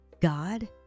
God